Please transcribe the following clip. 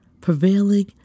prevailing